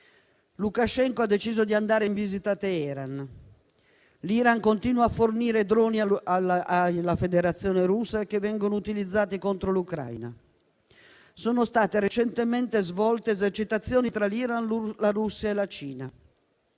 l'Iran continua a fornire droni alla Federazione Russa, che vengono utilizzati contro l'Ucraina. Sono state recentemente svolte esercitazioni tra l'Iran, la Russia e la Cina.